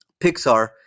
Pixar